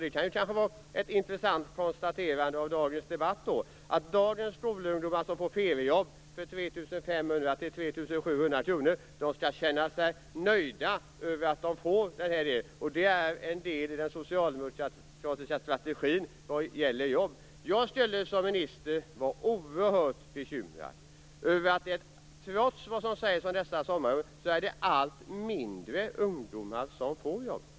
Det kan kanske vara ett intressant konstaterande av dagens debatt. Dagens skolungdomar som får feriejobb för 3 500-3 700 kr skall känna sig nöjda över att de får detta. Det är en del i den socialdemokratiska strategin vad gäller jobb. Jag skulle som minister vara oerhört bekymrad över att det trots vad som sägs om dessa sommarjobb är allt färre ungdomar som får jobb.